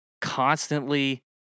constantly